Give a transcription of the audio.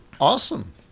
awesome